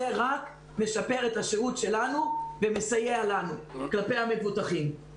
זה רק משפר את השירות שלנו ומסייע לנו כלפי המבוטחים.